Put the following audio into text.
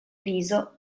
viso